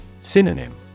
Synonym